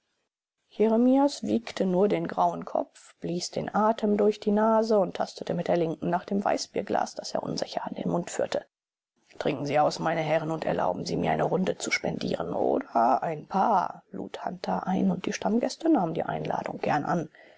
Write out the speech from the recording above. jeremias wiegte nur den grauen kopf blies den atem durch die nase und tastete mit der linken nach dem weißbierglas das er unsicher an den mund führte trinken sie aus meine herren und erlauben sie mir eine runde zu spendieren oder ein paar lud hunter ein und die stammgäste nahmen die einladung gern an